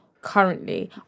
Currently